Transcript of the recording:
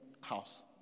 house